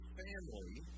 family